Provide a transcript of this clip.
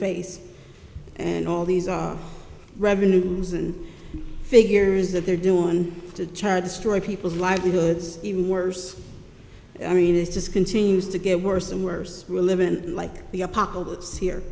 face and all these revenues and figures that they're doing to charge destroy people's livelihoods even worse i mean it just continues to get worse and worse religion like the apocalypse here